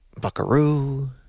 buckaroo